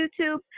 YouTube